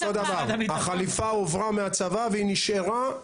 החליפה הועברה מהצבא והיא נשארה.